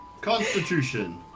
Constitution